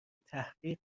تحقیق